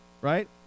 right